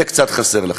זה קצת חסר לכם.